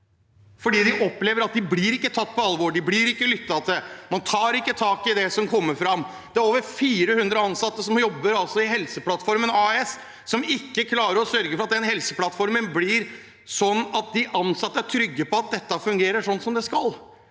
fordi de opplever at de ikke blir tatt på alvor. De blir ikke lyttet til. Man tar ikke tak i det som kommer fram. Det er over 400 ansatte som jobber i Helseplattformen AS, og som ikke klarer å sørge for at den helseplattformen blir sånn at de ansatte er trygge på at dette fungerer som det skal.